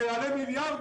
זה יעלה מיליארדים,